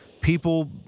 people